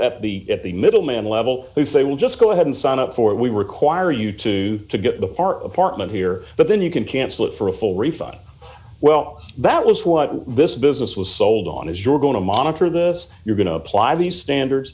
at the at the middleman level who say we'll just go ahead and sign up for we require you to get the part of apartment here but then you can cancel it for a full refund well that was what this business was sold on is you're going to monitor this you're going to apply these standards